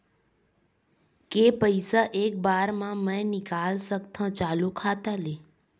के पईसा एक बार मा मैं निकाल सकथव चालू खाता ले?